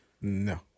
No